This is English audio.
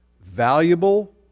valuable